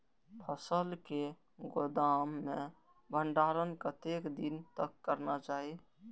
फसल के गोदाम में भंडारण कतेक दिन तक करना चाही?